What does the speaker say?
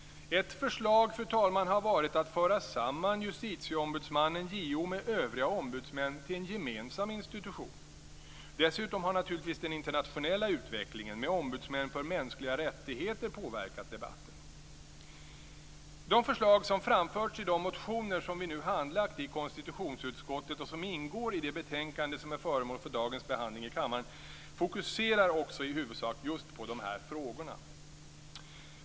Ett förslag, fru talman, har varit att föra samman Justitieombudsmannen, JO, med övriga ombudsmän till en gemensam institution. Dessutom har naturligtvis den internationella utvecklingen med ombudsmän för mänskliga rättigheter påverkat debatten. De förslag som framförts i de motioner som vi nu handlagt i konstitutionsutskottet och som ingår i det betänkande som är föremål för dagens behandling i kammaren fokuserar också i huvudsak just på dessa frågor.